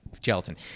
gelatin